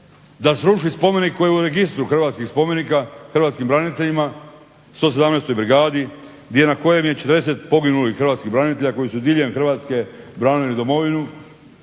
da sruši spomenik koji je u registru hrvatskih spomenika hrvatskim braniteljima 117. Brigadi na kojem je 40 poginulih hrvatskih branitelja koji su diljem Hrvatske branili domovinu